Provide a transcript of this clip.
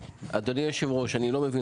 אדוני היושב-ראש, אני לא מבין.